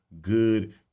good